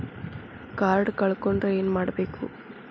Card ಕಳ್ಕೊಂಡ್ರ ಏನ್ ಮಾಡಬೇಕು?